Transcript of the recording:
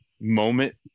moment